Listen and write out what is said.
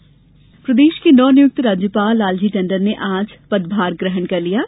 राज्यपाल शपथ प्रदेश के नवनियुक्त राज्यपाल लालजी टण्डन ने आज पदभार ग्रहण कर लिया है